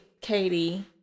Katie